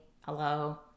hello